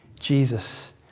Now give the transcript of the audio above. Jesus